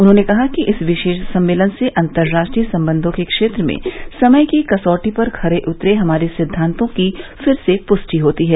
उन्होंने कहा कि इस विशेष सम्मेलन से अंतर्राष्ट्रीय संबंधों के क्षेत्र में समय की कसौटी पर खरे उतरे हमारे सिद्वांतों की फिर से पुष्टि होती है